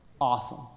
awesome